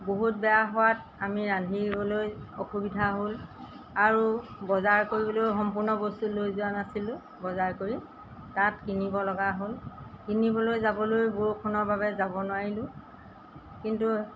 বহুত বেয়া হোৱাত আমি ৰান্ধিবলৈ অসুবিধা হ'ল আৰু বজাৰ কৰিবলৈ সম্পূৰ্ণ বস্তু লৈ যোৱা নাছিলোঁ বজাৰ কৰি তাত কিনিব লগা হ'ল কিনিবলৈ যাবলৈ বৰষুণৰ বাবে যাব নোৱাৰিলোঁ কিন্তু